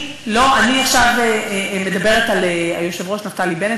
עכשיו אני מדברת על היושב-ראש נפתלי בנט,